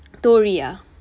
தோழியா:thozhiyaa